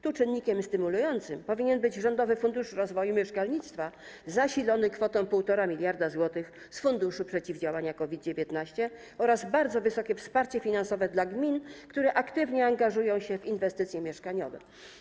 Tu czynnikiem stymulującym powinien być rządowy Fundusz Rozwoju Mieszkalnictwa zasilony kwotą 1,5 mld zł z Funduszu Przeciwdziałania COVID-19 oraz bardzo wysokie wsparcie finansowe dla gmin, które aktywnie angażują się w inwestycje mieszkaniowe.